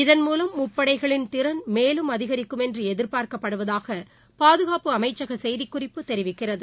இதன்மூலம் முப்படைகளின் திறன் மேலும் அதிகரிக்கும் என்றுஎதிர்பார்க்கப்படுவதாகபாதுகாப்பு அமைச்சகசெய்திக்குறிப்பு தெரிவிக்கிறது